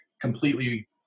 completely